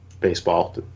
baseball